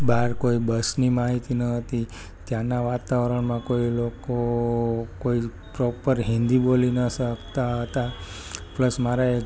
બહર કોઈ બસની માહિતી ન હતી ત્યાંનાં વાતાવરણમાં કોઈ લોકો કોઈ જ પ્રોપર હિન્દી બોલી ન શકતા હતા પ્લસ મારે